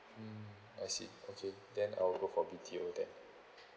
mm I see okay then I'll go for B_T_O then